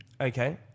Okay